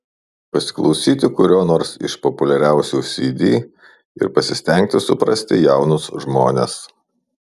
pasiklausyti kurio nors iš populiariausių cd ir pasistengti suprasti jaunus žmones